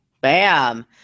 Bam